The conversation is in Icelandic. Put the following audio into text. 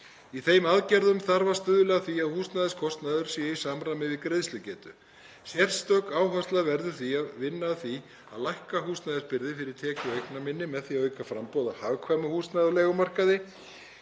Í þeim aðgerðum þarf að stuðla að því að húsnæðiskostnaður sé í samræmi við greiðslugetu. Sérstök áhersla verður því að vinna að því að lækka húsnæðisbyrði fyrir tekju- og eignaminni með því að auka framboð af hagkvæmu húsnæði á leigumarkaði.